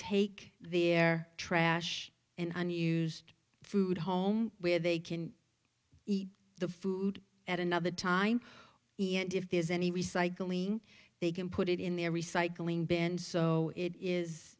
take their trash and unused food home where they can eat the food at another time and if there's any recycling they can put it in their recycling bin so it is